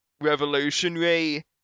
revolutionary